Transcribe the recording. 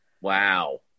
Wow